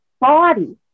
body